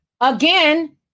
again